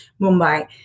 Mumbai